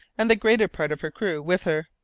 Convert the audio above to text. and the greater part of her crew with her.